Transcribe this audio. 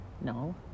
no